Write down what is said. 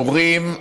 הורים,